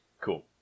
Cool